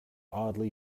oddly